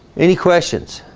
any questions